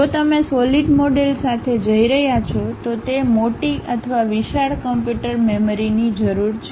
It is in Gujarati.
જો તમે સોલિડ મોડલ સાથે જઈ રહ્યા છો તો તે મોટી અથવા વિશાળ કમ્પ્યુટર મેમરીની જરૂર છે